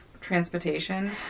transportation